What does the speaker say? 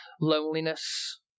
loneliness